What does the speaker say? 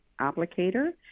Applicator